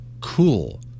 cool